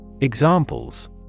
Examples